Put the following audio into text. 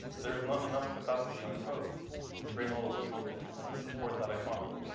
there is not enough capacity on the roads to bringing all those people in and to support that economy.